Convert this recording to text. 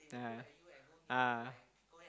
yeah ah